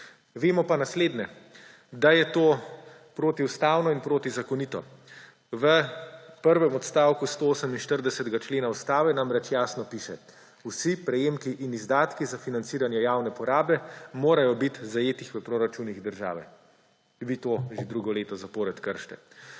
Vemo pa naslednje, da je to protiustavno in protizakonito. V prvem odstavku 148. člena Ustave namreč jasno piše, »vsi prejemki in izdatki za financiranje javne porabe morajo biti zajeti v proračunih države«. Vi to že drugo leto zapored kršite.